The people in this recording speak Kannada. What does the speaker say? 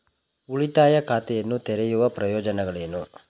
ಉಳಿತಾಯ ಖಾತೆಯನ್ನು ತೆರೆಯುವ ಪ್ರಯೋಜನಗಳೇನು?